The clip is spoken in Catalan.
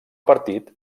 partit